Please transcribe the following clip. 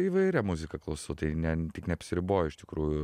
įvairią muziką klausau tai ne tik neapsiriboju iš tikrųjų